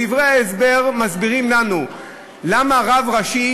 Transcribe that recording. בדברי ההסבר מסבירים לנו למה רב ראשי